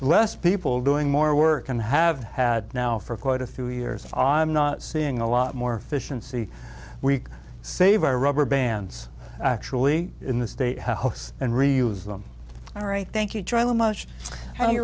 less people doing more work and have had now for quite a few years ah i'm not seeing a lot more efficiency we save our rubber bands actually in the state house and reuse them all right thank you tribal much h